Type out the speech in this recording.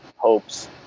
hopes,